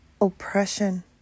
oppression